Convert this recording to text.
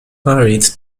married